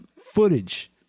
footage